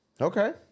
okay